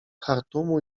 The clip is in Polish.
chartumu